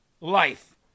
life